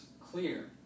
clear